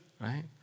right